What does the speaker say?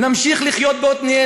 נמשיך לחיות בעתניאל,